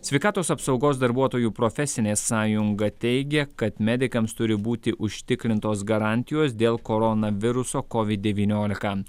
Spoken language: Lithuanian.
sveikatos apsaugos darbuotojų profesinė sąjunga teigia kad medikams turi būti užtikrintos garantijos dėl koronaviruso covid devyniolika